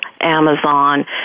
Amazon